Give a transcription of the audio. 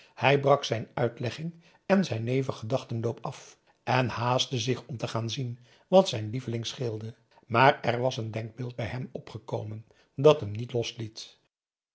hij brak zijn uitlegging en zijn neven gedachtenloop af en haastte zich om te gaan zien wat zijn lieveling scheelde maar er was een denkbeeld bij hem opgekomen dat hem niet losliet